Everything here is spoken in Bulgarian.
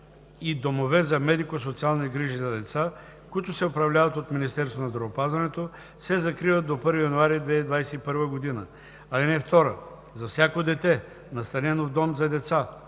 и домове за медико-социални грижи за деца, които се управляват от Министерството на здравеопазването, се закриват до 1 януари 2021 г. (2) За всяко дете, настанено в дом за деца,